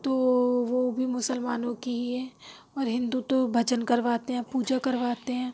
تو وہ بھی مسلمانوں کی ہی ہے اور ہندو تو بھجن کرواتے ہیں پوجا کرواتے ہیں